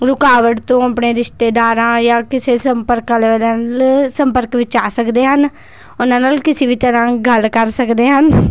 ਰੁਕਾਵਟ ਤੋਂ ਆਪਣੇ ਰਿਸ਼ਤੇਦਾਰਾਂ ਜਾਂ ਕਿਸੇ ਸੰਪਰਕ ਸੰਪਰਕ ਵਿੱਚ ਆ ਸਕਦੇ ਹਨ ਉਹਨਾਂ ਨਾਲ ਕਿਸੇ ਵੀ ਤਰ੍ਹਾਂ ਗੱਲ ਕਰ ਸਕਦੇ ਹਨ